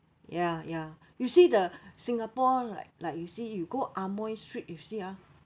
ya ya you see the singapore like like you see you go amoy street you see ah